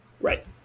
right